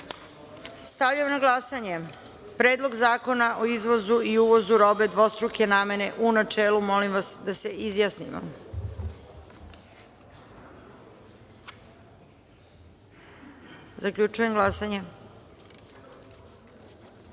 zakona. Stavljam na glasanje Predlog zakona o izvozu i uvozu robe dvostruke namene, u načelu. Molim vas da se izjasnimo. Zaključujem glasanje: